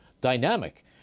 dynamic